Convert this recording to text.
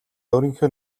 өөрийнхөө